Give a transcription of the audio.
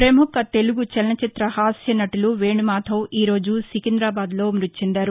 ప్రముఖ తెలుగు చలన చిత్ర హాస్యనటుడు వేణుమాధవ్ ఈరోజు సికిందాబాద్లో మృతి చెందారు